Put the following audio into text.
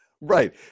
right